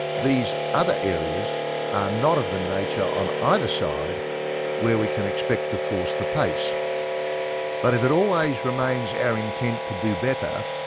these other areas are not of the nature on either side where we can expect to force the pace but if it always remains our intent to do better,